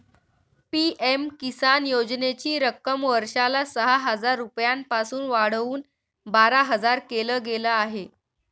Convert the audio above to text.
PM Kisan योजनेची रक्कम वर्षाला सहा हजार रुपयांपासून वाढवून बारा हजार केल गेलं आहे